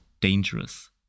dangerous